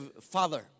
father